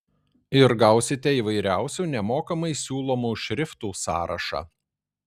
ir gausite įvairiausių nemokamai siūlomų šriftų sąrašą